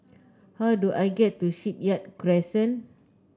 how do I get to Shipyard Crescent